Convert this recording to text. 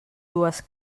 dues